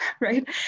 right